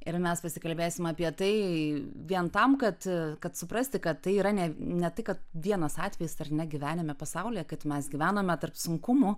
ir mes pasikalbėsim apie tai vien tam kad kad suprasti kad tai yra ne ne tai kad vienas atvejis ar ne gyvename pasaulyje kad mes gyvename tarp sunkumų